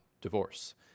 divorce